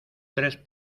tres